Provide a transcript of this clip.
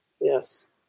Yes